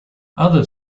other